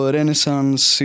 Renaissance